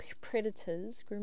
predators